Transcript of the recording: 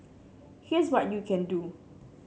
here's what you can do